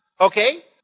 okay